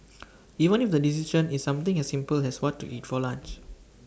even if the decision is something as simple as what to eat for lunch